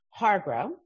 Hargro